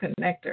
connector